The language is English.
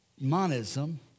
monism